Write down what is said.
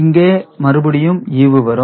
இங்கே மறுபடியும் ஈவு வரும்